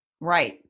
Right